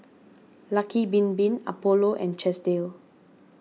Lucky Bin Bin Apollo and Chesdale